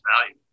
value